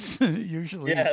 Usually